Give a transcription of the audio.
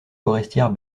forestière